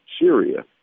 Syria